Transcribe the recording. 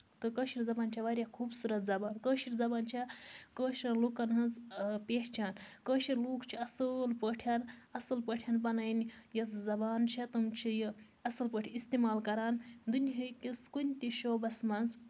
تہٕ کٲشِر زَبان چھےٚ واریاہ خوٗبصوٗرت زَبان کٲشِر زَبان چھےٚ کٲشِر لُکن ہنز پہچان کٲشِر لوٗکھ چھِ اَصٕل پٲٹھۍ اَصٕل پٲٹھۍ پَنٕنۍ یۄس زَبان چھےٚ تِم چھِ یہِ اَصٕل پٲٹھۍ اِستعمال کران دُنہِکِس کُنہِ تہِ شوبَس منٛز